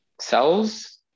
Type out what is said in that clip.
cells